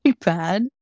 bad